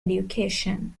education